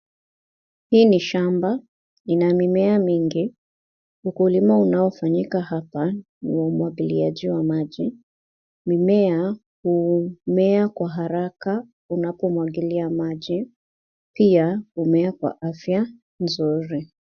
Hii ni shamba. Ina mimea mingi . Ukulima unaofanyika hapa ni wa umwagiliaji wa maji. Mimea humea kwa haraka unapomwagilia maji . Pia, humea kwa afya nzuri.